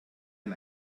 ein